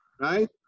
right